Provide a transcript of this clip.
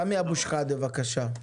סמי אבו שחאדה, בבקשה.